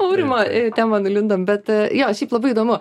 aurimo e temą nulindom bet jo šiaip labai įdomu